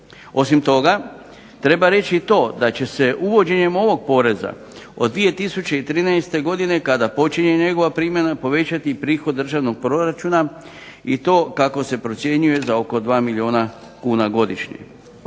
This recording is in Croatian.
Osim toga, treba reći to da se uvođenjem ovog poreza od 2013. godine kada počinje njegova primjena, povećati prihod državnog proračuna i to kako se procjenjuje za oko 2 milijuna kuna godišnje.